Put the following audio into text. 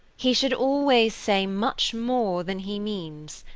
he should always say much more than he means,